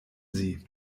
sie